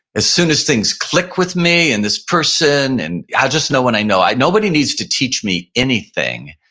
as soon as things click with me and this person and, i'll just know when i know i. nobody needs to teach me anything,